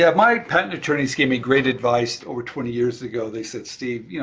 yeah my patent attorneys gave me great advice over twenty years ago. they said, steve, yeah